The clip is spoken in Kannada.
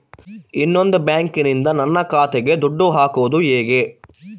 ಇನ್ನೊಂದು ಬ್ಯಾಂಕಿನಿಂದ ನನ್ನ ಖಾತೆಗೆ ದುಡ್ಡು ಹಾಕೋದು ಹೇಗೆ?